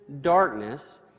darkness